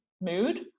mood